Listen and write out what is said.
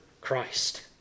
Christ